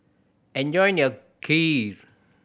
enjoy your Kheer